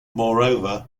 moreover